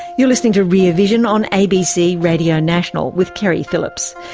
you're listening to rear vision on abc radio national, with keri phillips.